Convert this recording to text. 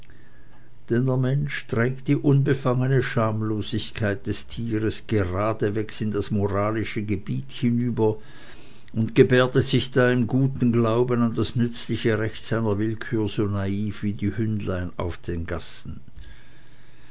der mensch trägt die unbefangene schamlosigkeit des tieres geradewegs in das moralische gebiet hinüber und gebärdet sich da im guten glauben an das nützliche recht seiner willkür so naiv wie die hündlein auf den gassen